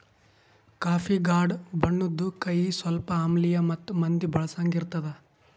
coffee ಗಾಢ ಬಣ್ಣುದ್, ಕಹಿ, ಸ್ವಲ್ಪ ಆಮ್ಲಿಯ ಮತ್ತ ಮಂದಿ ಬಳಸಂಗ್ ಇರ್ತದ